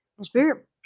Spirit